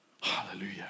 Hallelujah